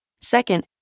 Second